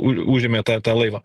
u užėmė tą tą laivą